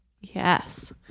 yes